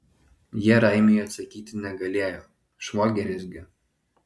jie raimiui atsakyti negalėjo švogeris gi